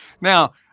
now